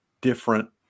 different